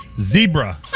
Zebra